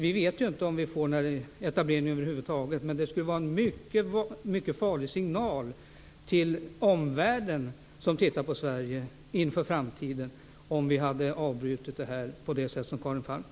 Vi vet inte om vi får några etableringar över huvud taget, men att avbryta förhandlingarna på det sätt som Karin Falkmer föreslagit skulle ge en för oss mycket farlig signal inför framtiden till dem som sitter i vår omvärld och tittar på Sverige.